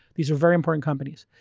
these are very important companies.